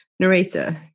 narrator